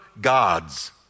gods